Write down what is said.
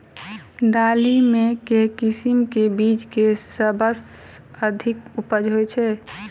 दालि मे केँ किसिम केँ बीज केँ सबसँ अधिक उपज होए छै?